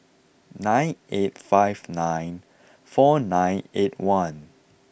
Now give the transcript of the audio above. nine eight five nine four nine eight one